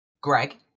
Greg